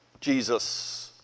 Jesus